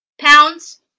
pounds